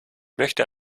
möchte